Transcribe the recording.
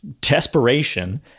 desperation